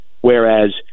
Whereas